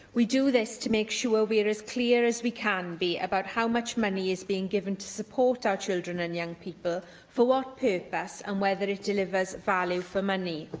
we do this to make sure we are as clear as we can be about how much money is being given to support our children and young people, for what purpose, and whether it delivers value for money.